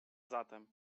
zatem